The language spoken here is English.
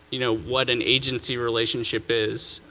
you know, what an agency relationship is.